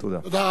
תודה.